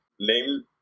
name